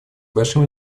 большим